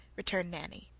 returned nanny.